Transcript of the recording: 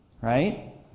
right